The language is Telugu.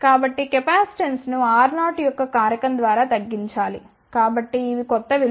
కాబట్టి కెపాసిటెన్స్ను R0 యొక్క కారకం ద్వారా తగ్గించాలి కాబట్టి ఇవి కొత్త విలువలు